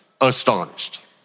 astonished